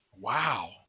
Wow